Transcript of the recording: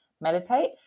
meditate